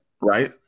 right